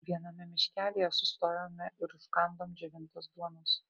viename miškelyje sustojome ir užkandom džiovintos duonos